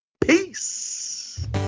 Peace